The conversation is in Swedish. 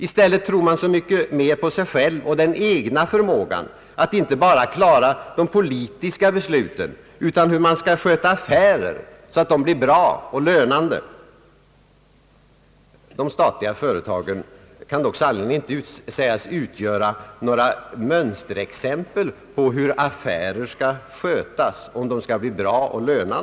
I stället tror man så mycket mer på sig själv och den egna förmågan att inte bara klara av de politiska besluten utan också hur man skall sköta affärer så att de blir bra och lönande. De statliga företagen kan dock san nerligen inte sägas utgöra några mönsterexempel på hur affärer skall skötas.